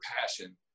passion